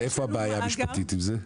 ואיפה הבעיה המשפטית עם זה?